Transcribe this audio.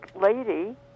lady